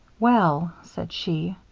well, said she,